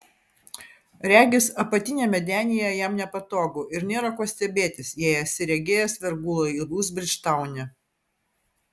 regis apatiniame denyje jam nepatogu ir nėra ko stebėtis jei esi regėjęs vergų laivus bridžtaune